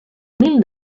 mil